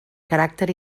caràcter